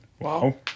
Wow